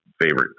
favorite